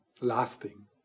lasting